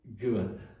good